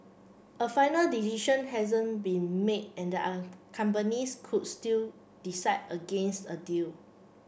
a final decision hasn't been made and a companies could still decide against a deal